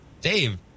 Dave